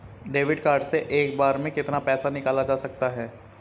Debit card से एक बार में कितना पैसा निकाला जा सकता है?